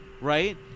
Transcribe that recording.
right